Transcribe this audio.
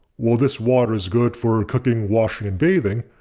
while this water is good for cooking, washing, and bathing.